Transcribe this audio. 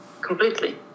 completely